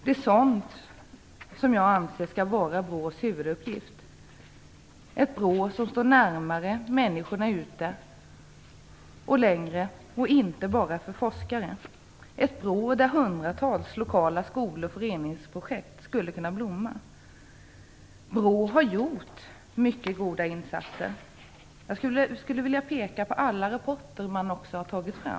Det är sådant som jag anser skall vara BRÅ:s huvuduppgift, ett BRÅ som står närmare människorna ute och inte bara är till för forskare, ett BRÅ där hundratals lokala skol och föreningsprojekt skulle kunna blomma. BRÅ har gjort mycket goda insatser. Jag vill också peka på alla de rapporter som man har tagit fram.